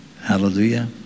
Hallelujah